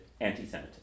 anti-Semitism